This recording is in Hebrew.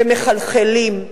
ומחלחלים,